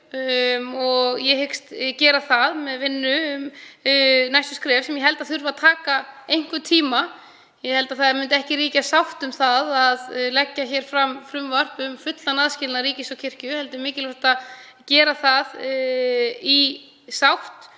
Ég hyggst gera það með vinnu við næstu skref sem ég held að þurfi að taka einhvern tíma. Ég held að ekki myndi ríkja sátt um að leggja fram frumvarp um fullan aðskilnað ríkis og kirkju heldur sé mikilvægt að gera það í sátt